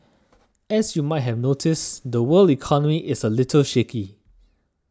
as you might have noticed the world economy is a little shaky